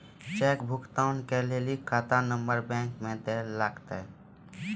cheque भुगतान के लेली खाता नंबर बैंक मे दैल लागतै